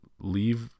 leave